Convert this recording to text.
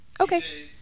Okay